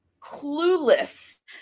clueless